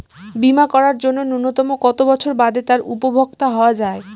বীমা করার জন্য ন্যুনতম কত বছর বাদে তার উপভোক্তা হওয়া য়ায়?